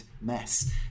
mess